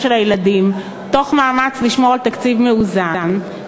של הילדים תוך מאמץ לשמור על תקציב מאוזן,